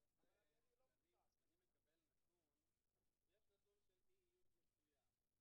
אבל שום דבר לא קרה.